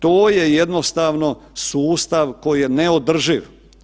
To je jednostavno sustav koji je neodrživ.